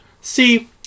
See